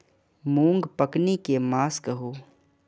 मूँग पकनी के मास कहू?